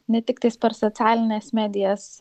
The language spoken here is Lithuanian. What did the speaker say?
ne tiktais per socialines medijas